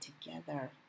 together